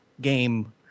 game